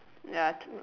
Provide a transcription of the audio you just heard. ya true